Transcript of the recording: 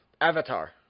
Avatar